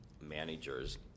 managers